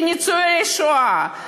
לניצולי שואה,